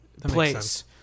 place